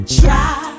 try